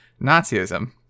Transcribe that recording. nazism